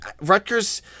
Rutgers